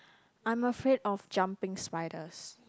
I'm afraid of jumping spiders